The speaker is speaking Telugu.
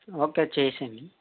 ఒకే చేసేయండి